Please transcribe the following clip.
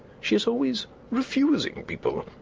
she is always refusing people.